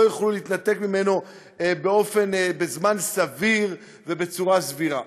יוכלו להתנתק ממנו בזמן סביר ובצורה סבירה.